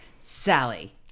Sally